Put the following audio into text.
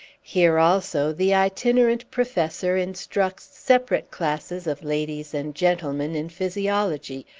here, also, the itinerant professor instructs separate classes of ladies and gentlemen in physiology,